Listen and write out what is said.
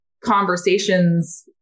Conversations